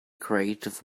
creative